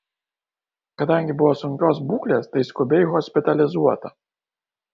kadangi buvo sunkios būklės tai skubiai hospitalizuota